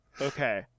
Okay